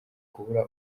kubura